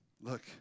Look